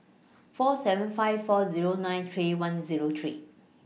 four seven five four Zero nine three one Zero three